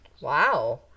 Wow